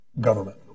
government